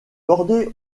bordée